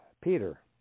Peter